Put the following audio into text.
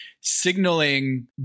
signaling